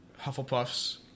Hufflepuff's